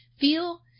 feel